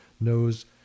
knows